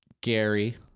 Gary